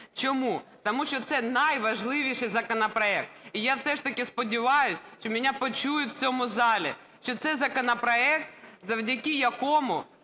Чому? Тому що це найважливіший законопроект. І я все ж таки сподіваюсь, що мене почують у цьому залі, що це законопроект, завдяки якому